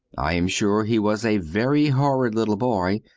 i am sure he was a very horrid little boy,